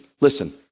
Listen